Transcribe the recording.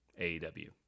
AEW